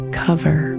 cover